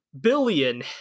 billion